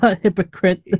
Hypocrite